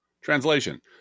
Translation